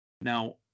Now